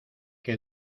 que